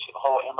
whole